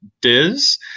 Diz